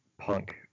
punk